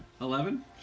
Eleven